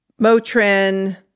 Motrin